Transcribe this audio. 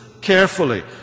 carefully